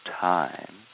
time